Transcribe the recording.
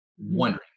wondering